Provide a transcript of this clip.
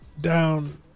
down